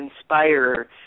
inspire